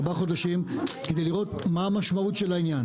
ארבעה חודשים כדי לראות מה המשמעות של העניין.